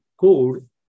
code